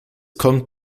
kommt